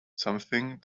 something